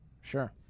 sure